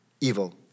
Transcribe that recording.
evil